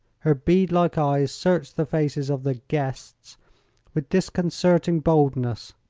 her bead like eyes searched the faces of the guests with disconcerting boldness,